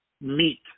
meet